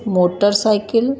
motor cycle